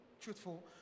truthful